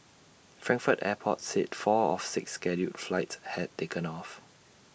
Frankfurt airport said four of six scheduled flights had taken off